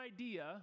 idea